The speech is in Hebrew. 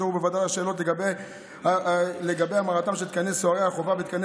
נדונו בוועדה השאלות לגבי המרתם של תקני סוהרי החובה ותקני